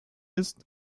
ist